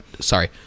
sorry